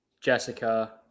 Jessica